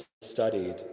studied